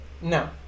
No